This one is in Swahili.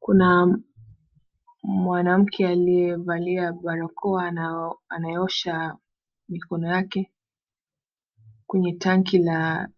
Kuna mwanamke aliyevalia barakoa na anayeosha mikono yake kwenye tangi la